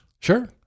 Sure